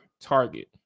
target